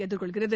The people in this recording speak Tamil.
எதிர்கொள்கிறது